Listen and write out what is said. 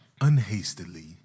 unhastily